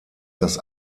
das